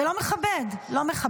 זה לא מכבד, לא מכבד.